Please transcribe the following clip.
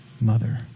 mother